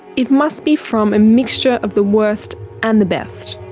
it must be from a mixture of the worst and the best.